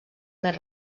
més